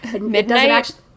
Midnight